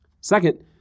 Second